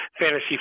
fantasy